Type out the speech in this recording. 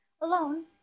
alone